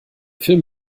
film